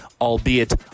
albeit